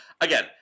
Again